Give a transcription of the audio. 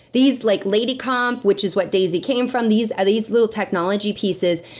these, like lady comp, which is what daisy came from these these little technology pieces,